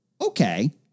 Okay